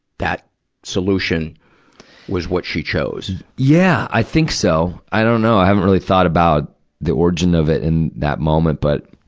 that solution was what she chose. yeah, i think so. i don't know. i haven't really thought about the origin of it in that moment. but,